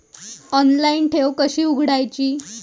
Online ठेव कशी उघडायची?